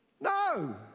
No